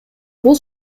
бул